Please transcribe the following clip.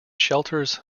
shelters